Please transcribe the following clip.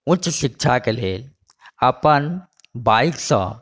उच्च शिक्षाक लेल अपन बाइकसँ